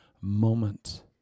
moment